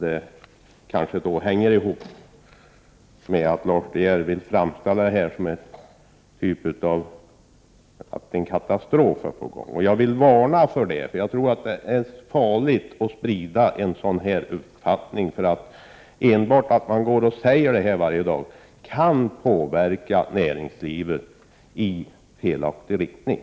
Det kanske hänger ihop med att Lars De Geer vill framställa detta som en typ av katastrof. Jag vill varna för det. Jag tror att det är farligt att sprida en sådan uppfattning. Enbart genom att detta upprepas varje dag kan näringslivet påverkas i felaktig riktning.